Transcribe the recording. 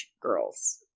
girls